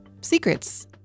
Secrets